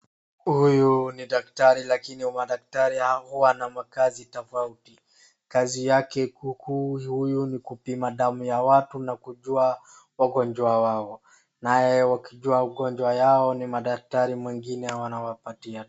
Huyu ni daktari lakini madaktari huwa na makazi tofauti. Kazi yake kuu huyu ni kupima damu ya watu na kujua wagonjwa wao naye wakijua ugonjwa yao ni madaktari mwingine wanawapatia dawa.